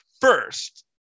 first